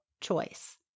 choice